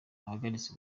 ahagaritse